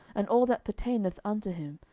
and all that pertaineth unto him,